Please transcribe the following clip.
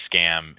scam